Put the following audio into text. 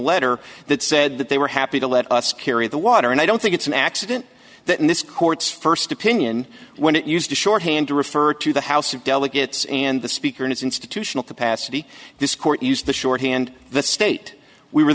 letter that said that they were happy to let us carry the water and i don't think it's an accident that in this court's first opinion when it used to shorthand to refer to the house of delegates and the speaker in its institutional capacity this court used to shorthand the state we were